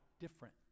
different